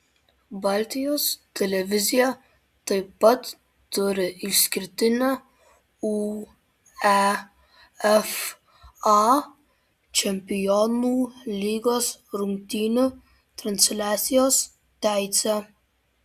baltijos televizija taip pat turi išskirtinę uefa čempionų lygos rungtynių transliacijos teisę